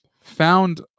found